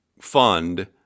fund